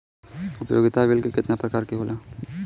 उपयोगिता बिल केतना प्रकार के होला?